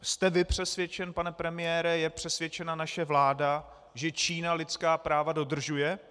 Jste vy přesvědčen, pane premiére, je přesvědčena naše vláda, že Čína lidská práva dodržuje?